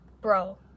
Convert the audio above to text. bro